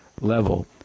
level